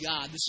God